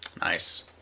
Nice